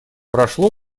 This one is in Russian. прошло